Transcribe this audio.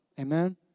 amen